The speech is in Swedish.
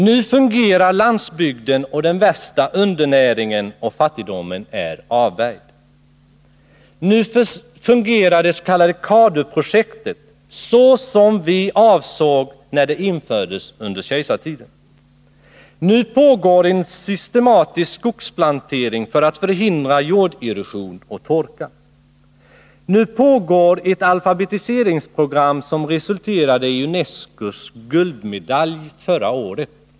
Nu fungerar landsbygden, och den värsta undernäringen och fattigdomen är avvärjd. Nu fungerar det s.k. CADU-projektet så som vi avsåg när det infördes under kejsartiden. Nu pågår en systematisk skogsplantering för att förhindra jorderosion och torka. Nu pågår ett alfabetiseringsprogram, som förra året resulterade i UNESCO:s guldmedalj.